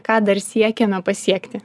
ką dar siekiame pasiekti